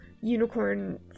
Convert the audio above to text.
unicorn